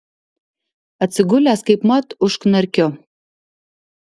atsigulęs kaipmat užknarkiu